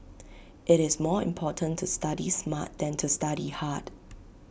IT is more important to study smart than to study hard